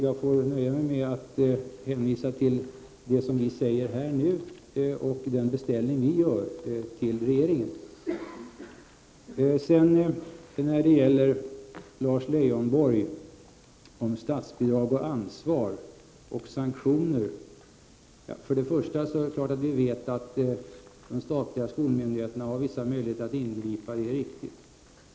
Jag får nöja mig med att hänvisa till det som sägs här och till den beställning som vi gör hos regeringen. När det gäller Lars Leijonborg och det han sade om statsbidrag och ansvar och sanktioner, så är det till att börja med på det sättet att vi vet att de statliga skolmyndigheterna har vissa möjligheter att ingripa. Det är riktigt.